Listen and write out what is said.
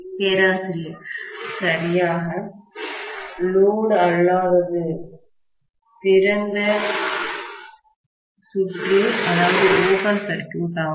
பேராசிரியர் சரியாக சுமை லோடு அல்லாதது திறந்த சுற்றுஓபன் சர்க்யூட் ஆகும்